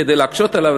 כדי להקשות עליו,